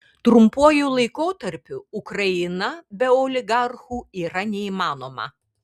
trumpuoju laikotarpiu ukraina be oligarchų yra neįmanoma